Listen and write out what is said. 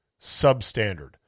substandard